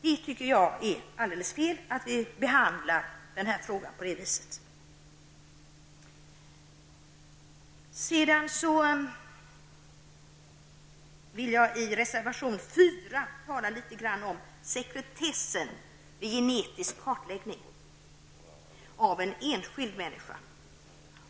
Jag tycker att det är alldeles fel att vi behandlar frågan på det sättet. Med anledning av reservation 4 vill jag säga något om sekretessen vid genetisk kartläggning av en enskild människa.